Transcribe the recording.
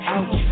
Out